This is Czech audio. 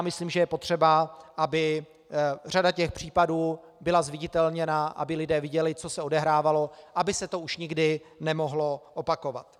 Myslím, že je potřeba, aby řada těch případů byla zviditelněná, aby lidé viděli, co se odehrávalo, aby se to už nikdy nemohlo opakovat.